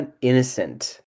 innocent